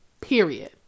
period